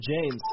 James